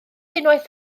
unwaith